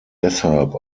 deshalb